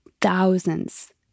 thousands